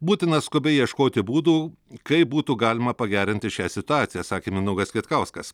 būtina skubiai ieškoti būdų kaip būtų galima pagerinti šią situaciją sakė mindaugas kvietkauskas